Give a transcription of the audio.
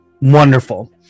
Wonderful